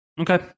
Okay